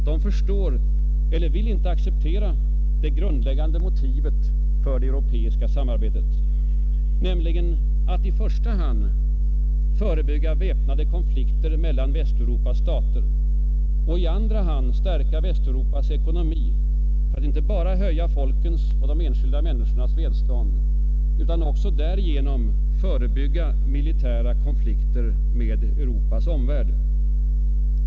De förstår eller vill inte acceptera det grundläggande motivet för det europeiska samarbetet, nämligen att i första hand förebygga väpnade konflikter mellan Västeuropas stater och i andra hand stärka Västeuropas ekonomi för att inte bara höja folkens och de enskilda människornas välstånd utan också därmed förebygga militära konflikter med Europas omvärld.